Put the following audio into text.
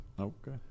Okay